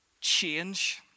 change